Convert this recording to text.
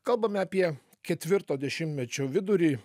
kalbame apie ketvirto dešimtmečio vidurį